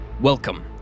Welcome